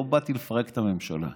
לא באתי לפרק את הממשלה.